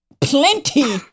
plenty